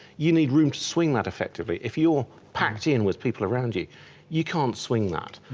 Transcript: you need room to swing that effectively if you're packed in with people around you you can't swing that.